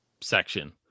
section